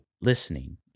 listening